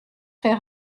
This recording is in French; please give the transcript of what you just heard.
très